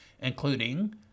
including